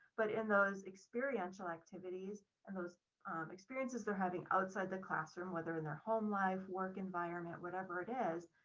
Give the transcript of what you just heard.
but in those experiential activities, and those experiences they're having outside the classroom, whether in their home life, work environment, whatever it is,